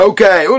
Okay